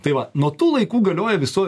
tai va nuo tų laikų galioja viso